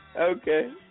Okay